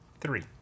Three